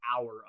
hour